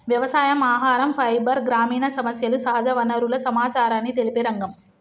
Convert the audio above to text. వ్యవసాయం, ఆహరం, ఫైబర్, గ్రామీణ సమస్యలు, సహజ వనరుల సమచారాన్ని తెలిపే రంగం